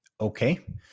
Okay